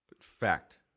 Fact